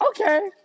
okay